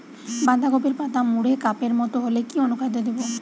বাঁধাকপির পাতা মুড়ে কাপের মতো হলে কি অনুখাদ্য দেবো?